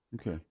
Okay